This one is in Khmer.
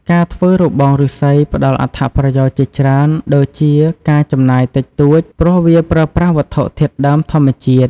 ការធ្វើរបងឬស្សីផ្តល់អត្ថប្រយោជន៍ជាច្រើន ដូចជាការចំណាយតិចតួចព្រោះវាប្រើប្រាស់វត្ថុធាតុដើមធម្មជាតិ។